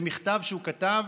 זה מכתב שהוא כתב